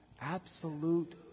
Absolute